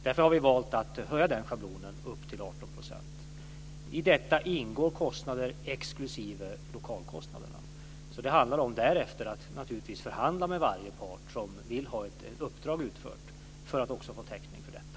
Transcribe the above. Därför har vi valt att höja den schablonen upp till 18 %. I detta ingår inte lokalkostnaderna. Det handlar därefter naturligtvis om att förhandla med varje part som vill ha ett uppdrag utfört för att också få täckning för detta.